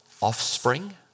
offspring